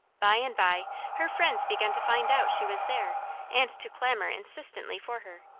by and by her friends began to find out she was there and to clamour insistently for her.